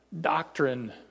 doctrine